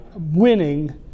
winning